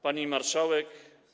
Pani Marszałek!